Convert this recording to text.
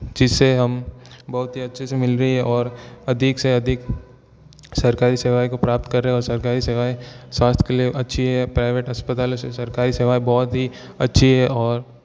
जिसे हम बहुत ही अच्छे से मिल रही हैं और अधिक से अधिक सरकारी सेवाएं को प्राप्त कर रहे हैं और सरकारी सेवाएं स्वास्थ के लिए अच्छी हैं प्राइवेट अस्पतालों से सरकारी सेवाएं बहुत ही अच्छी हैं और